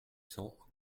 cent